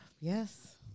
yes